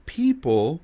people